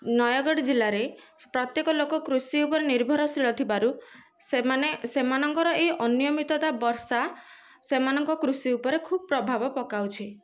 ନୟାଗଡ଼ ଜିଲ୍ଲାରେ ପ୍ରତ୍ୟେକ ଲୋକ କୃଷି ଉପରେ ନିର୍ଭରଶୀଳ ଥିବାରୁ ସେମାନେ ସେମାନଙ୍କର ଏହି ଅନିୟମିତତା ବର୍ଷା ସେମାନଙ୍କ କୃଷି ଉପରେ ଖୁବ୍ ପ୍ରଭାବ ପକାଉଛି